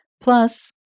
Plus